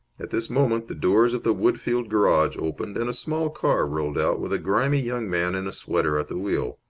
at this moment the doors of the woodfield garage opened and a small car rolled out with a grimy young man in a sweater at the wheel.